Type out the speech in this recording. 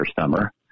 summer